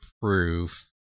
proof